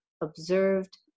observed